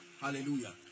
Hallelujah